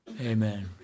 Amen